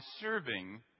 serving